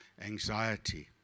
anxiety